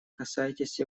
касаетесь